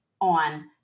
on